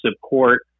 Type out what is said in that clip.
support